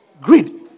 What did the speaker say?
Greed